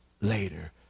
later